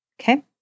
Okay